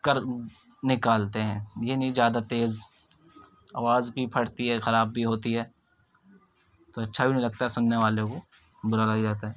کر نکالتے ہیں یہ نہیں زیادہ تیز آواز بھی پھٹتی ہے خراب بھی ہوتی ہے تو اچّھا بھی نہیں لگتا سننے والے کو برا لگ جاتا ہے